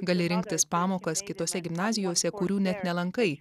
gali rinktis pamokas kitose gimnazijose kurių net nelankai